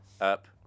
up